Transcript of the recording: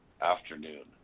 afternoon